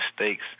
mistakes